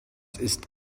ist